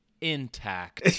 intact